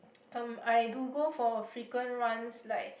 um I do go for frequent runs like